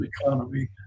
economy